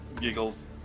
giggles